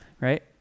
Right